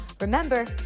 Remember